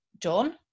done